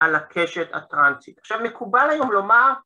‫על הקשת הטרנסית. ‫עכשיו, מקובל היום לומר...